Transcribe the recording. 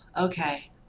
okay